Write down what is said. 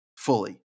Fully